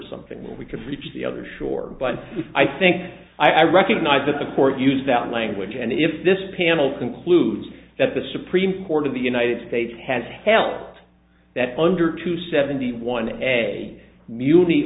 something where we could reach the other shore but i think i recognize the support use that language and if this panel concludes that the supreme court of the united states has held that under two seventy one